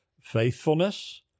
faithfulness